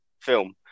film